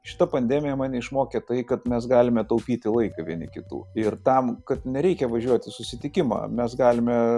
šita pandemija mane išmokė tai kad mes galime taupyti laiką vieni kitų ir tam kad nereikia važiuot į susitikimą mes galime